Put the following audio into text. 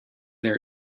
there